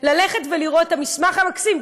ללכת ולראות את המרכז המקסים,